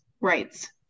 rights